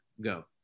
go